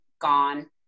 gone